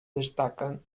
destacan